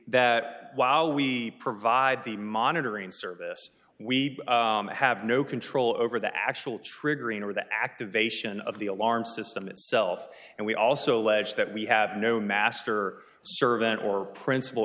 that while we provide the monitoring service we have no control over the actual triggering or the activation of the alarm system itself and we also allege that we have no master servant or princip